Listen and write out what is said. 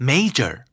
Major